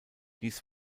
dies